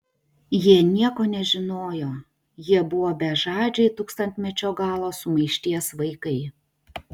jie nieko nežinojo jie buvo bežadžiai tūkstantmečio galo sumaišties vaikai